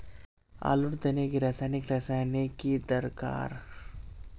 आलूर तने की रासायनिक रासायनिक की दरकार?